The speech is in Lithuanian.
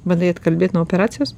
bandai atkalbėt nuo operacijos